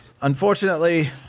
unfortunately